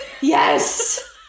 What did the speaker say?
Yes